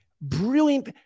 brilliant